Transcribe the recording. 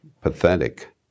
pathetic